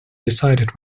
decided